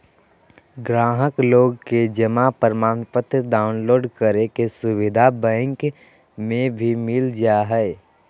गाहक लोग के जमा प्रमाणपत्र डाउनलोड करे के सुविधा बैंक मे भी मिल जा हय